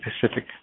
Pacific